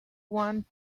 want